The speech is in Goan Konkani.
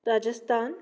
राजस्थान